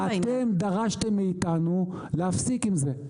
אתם דרשתם מאיתנו להפסיק עם זה.